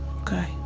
Okay